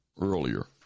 earlier